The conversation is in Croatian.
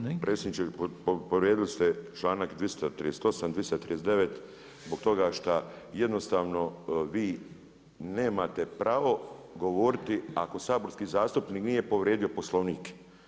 Uvaženi predsjedniče, povrijedili ste članak 238., 239. zbog toga šta jednostavno vi nemate pravo govoriti ako saborski zastupnik nije povrijedio Poslovnik.